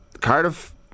Cardiff